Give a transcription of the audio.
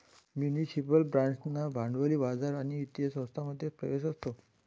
municipal बाँड्सना भांडवली बाजार आणि वित्तीय संस्थांमध्ये प्रवेश असतो